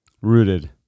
Rooted